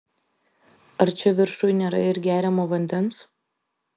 ar čia viršuj nėra ir geriamo vandens